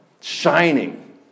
shining